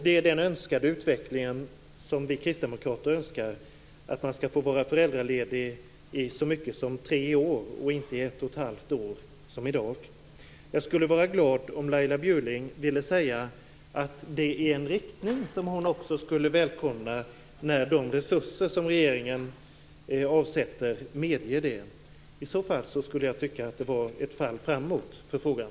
Det gäller den utveckling som vi kristdemokrater önskar att man skall få vara föräldraledig i så mycket som tre år och inte i ett och ett halvt år som i dag. Jag skulle vara glad om Laila Bjurling ville säga att det är en riktning som också hon skulle välkomna när de resurser som regeringen avsätter medger det. I så fall skulle jag tycka att det var ett fall framåt i frågan.